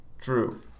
True